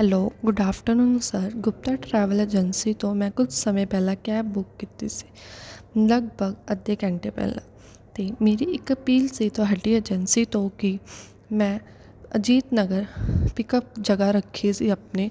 hello good afternoon sir Gupta travel agency ਤੋਂ ਮੈਂ ਕੁਝ ਸਮੇਂ ਪਹਿਲਾਂ ਕੈਬ ਬੁੱਕ ਕੀਤੀ ਸੀ ਲਗਭਗ ਅੱਧੇ ਘੰਟੇ ਪਹਿਲਾਂ ਅਤੇ ਮੇਰੀ ਇੱਕ ਅਪੀਲ ਸੀ ਤੁਹਾਡੀ ਏਜੰਸੀ ਤੋਂ ਕਿ ਮੈਂ ਅਜੀਤ ਨਗਰ ਪਿੱਕਅਪ ਜਗ੍ਹਾ ਰੱਖੀ ਸੀ ਆਪਣੀ